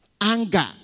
Anger